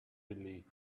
flee